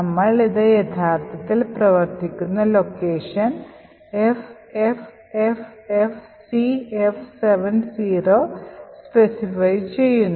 നമ്മൾ ഇത് യഥാർത്ഥത്തിൽ പ്രവർത്തിക്കുന്ന ലൊക്കേഷൻ FFFFCF70 സ്പെസിഫൈ ചെയ്യുന്നു